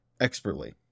expertly